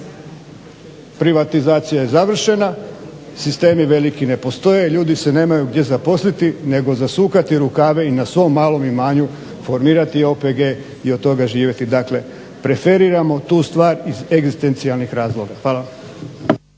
Privatizacija je završena, sistemi veliki ne postoje, ljudi se nemaju gdje zaposliti nego zasukati rukave i na svom malom imanju formirati OPG i od toga živjeti. Dakle, preferiramo tu stvar iz egzistencijalnih razloga. Hvala.